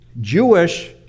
Jewish